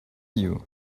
you